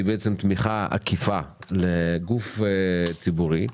שהוא תמיכה עקיפה בגוף ציבורי,